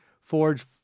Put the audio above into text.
forge